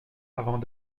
avant